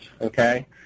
okay